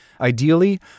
Ideally